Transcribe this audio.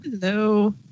Hello